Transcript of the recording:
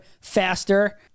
faster